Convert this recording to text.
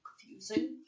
confusing